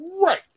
Right